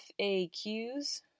FAQs